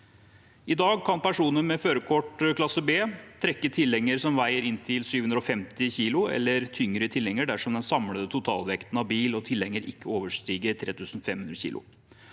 I dag kan personer med førerkort klasse B trekke en tilhenger som veier inntil 750 kg – eller tyngre, dersom den samlede totalvekten av bil med tilhenger ikke overstiger 3 500 kg.